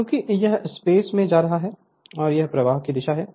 क्योंकि यह स्पेस में जा रहा है और यह प्रवाह की दिशा है